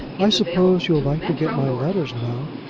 i suppose you'll like to get my letters now,